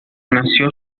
nació